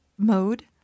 Mode